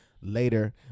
later